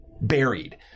buried